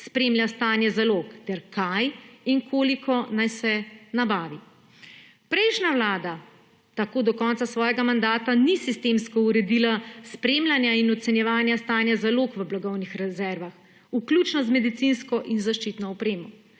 spremlja stanje zalog in kaj in koliko naj se nabavi. Prejšnja vlada tako do konca svojega mandata ni sistemsko uredila spremljanja in ocenjevanja stanja zalog v blagovnih rezervah, vključno z medicinsko in zaščitno opremo.